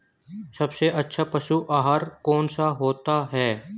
सबसे अच्छा पशु आहार कौन सा होता है?